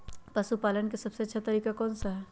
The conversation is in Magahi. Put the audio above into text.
पशु पालन का सबसे अच्छा तरीका कौन सा हैँ?